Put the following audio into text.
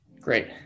Great